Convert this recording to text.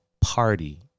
Party